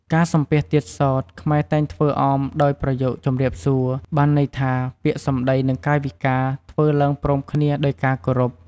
ការសំពះទៀតសោត ខ្មែរតែងធ្វើអមដោយប្រយោគជម្រាបសួរ បានន័យថា ពាក្យសម្តីនិងកាយវិការធ្វើឡើងព្រមគ្នាដោយការគោរព ។